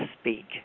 speak